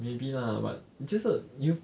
maybe lah but 就是 you